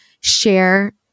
share